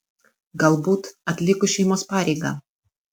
galbūt atlikus šeimos pareigą